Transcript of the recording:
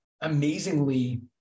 amazingly